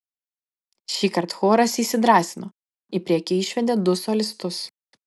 šįkart choras įsidrąsino į priekį išvedė du solistus